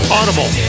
Audible